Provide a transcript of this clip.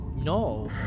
No